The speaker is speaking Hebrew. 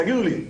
תגידו לי,